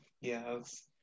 Yes